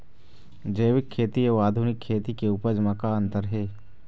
जैविक खेती अउ आधुनिक खेती के उपज म का अंतर हे?